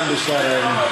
גם בשאר הימים.